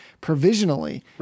provisionally